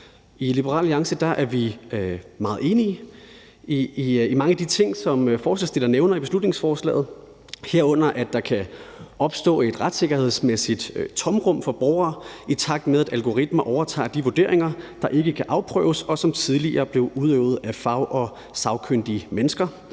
I Liberal Alliance er vi meget enige i mange af de ting, som forslagsstillerne nævner i beslutningsforslaget. Herunder at der kan opstå et retssikkerhedsmæssigt tomrum for borgere, i takt med at algoritmer overtager vurderinger, der så ikke kan afprøves, og som tidligere blev udøvet af fag- og sagkyndige mennesker,